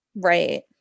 Right